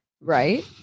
right